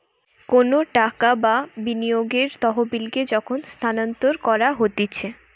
কোনো টাকা বা বিনিয়োগের তহবিলকে যখন স্থানান্তর করা হতিছে